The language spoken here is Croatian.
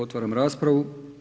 Otvaram raspravu.